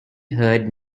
heard